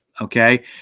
Okay